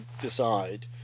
decide